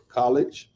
college